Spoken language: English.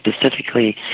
specifically